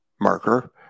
marker